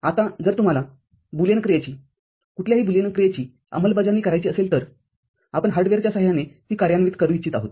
आता जर तुम्हाला बुलियन क्रियेची कुठल्याही बुलियन क्रियेची अंमलबजावणी करायची असेल तर आपण हार्डवेअरच्या सहाय्याने ती कार्यान्वित करू इच्छित आहोत